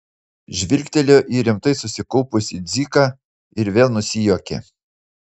žvilgtelėjo į rimtai susikaupusį dziką ir vėl nusijuokė